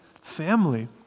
family